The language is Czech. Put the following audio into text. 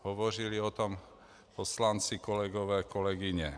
Hovořili o tom poslanci, kolegové i kolegyně.